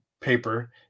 paper